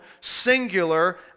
singular